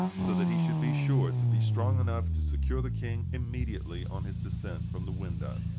so that he should be sure to be strong enough to secure the king immediately on his descent from the window.